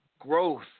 growth